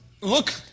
look